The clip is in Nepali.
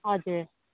हजुर